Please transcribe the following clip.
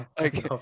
okay